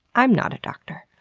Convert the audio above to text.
i'm not a doctor.